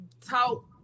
talk